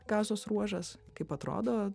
gazos ruožas kaip atrodo